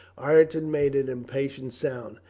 ireton made an impatient sound.